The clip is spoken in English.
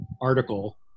article